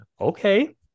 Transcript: okay